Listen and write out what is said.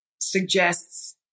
suggests